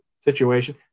situation